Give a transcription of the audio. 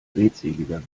redseliger